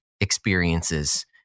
experiences